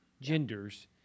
genders